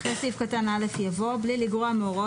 (4) (ב) אחרי סעיף קטן (א) יבוא: "(ב) בלי לגרוע מהוראות